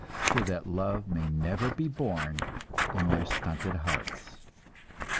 so that love may never be born in their stunted hearts?